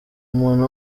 umuntu